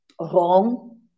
wrong